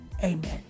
Amen